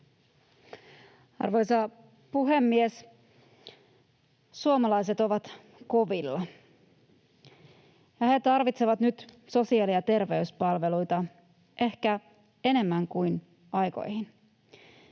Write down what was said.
Arvoisa puhemies! Suomalaiset ovat kovilla, ja he tarvitsevat nyt sosiaali- ja terveyspalveluita ehkä enemmän kuin aikoihin.